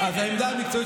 מה העמדה המקצועית?